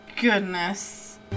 goodness